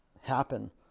happen